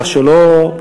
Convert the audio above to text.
כך שלא,